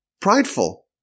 prideful